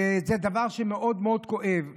וזה דבר מאוד מאוד כואב.